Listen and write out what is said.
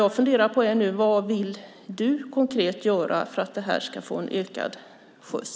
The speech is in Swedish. Jag funderar på vad du konkret vill göra för att detta ska få en ökad skjuts.